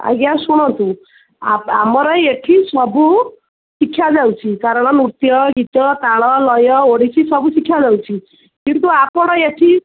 ଆଜ୍ଞା ଶୁଣନ୍ତୁ ଆ ଆମର ଏଠି ସବୁ ଶିଖା ଯାଉଛି କାରଣ ନୃତ୍ୟ ଗୀତ ତାଳ ଲୟ ଓଡ଼ିଶୀ ସବୁ ଶିଖା ଯାଉଛି କିନ୍ତୁ ଆପଣ ଏଠି